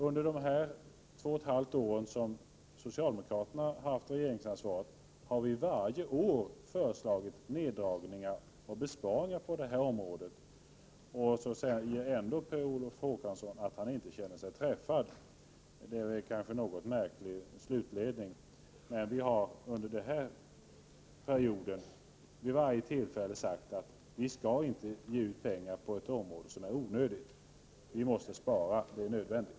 Under de två och ett halvt år som socialdemokraterna haft regeringsansvaret har vi varje år föreslagit neddragningar och besparingar på det här området, och Per Olof Håkansson säger att han ändå inte känner sig träffad. Det är en kanske något märklig slutledning. Vi har som sagt vid varje tillfälle under den här perioden anfört att vi inte skall ge ut pengar på ett område där det inte behövs. Vi måste spara — det är nödvändigt.